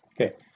Okay